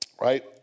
Right